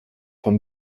von